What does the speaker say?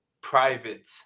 private